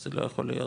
אז זה לא יכול להיות